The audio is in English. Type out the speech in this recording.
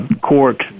court